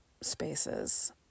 spaces